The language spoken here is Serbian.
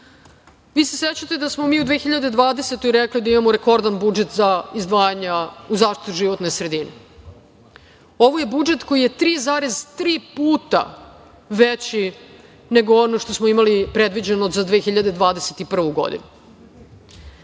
se sećate da smo mi u 2020. godini rekli da imamo rekordan budžet za izdvajanja u zaštitu životne sredine. Ovo je budžet koji je 3,3 puta veći nego ono što smo imali predviđeno za 2021. godinu.